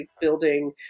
building